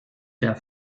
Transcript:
der